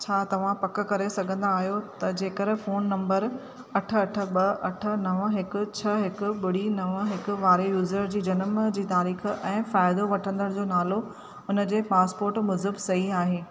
छा तव्हां पक करे सघंदा आहियो त जेकर फोन नंबर अठ अठ ॿ अठ नव हिकु छह हिकु ॿुड़ी नव हिकु वारे यूज़र जी जनम जी तारीख़ ऐं फ़ाइदो वठंदड़ जो नालो उन जे पासपोर्ट मूजिबि सही आहे